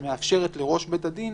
שמאפשרת לראש בית הדין